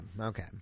Okay